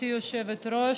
גברתי היושבת-ראש,